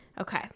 Okay